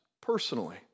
personally